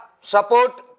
support